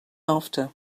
after